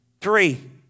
Three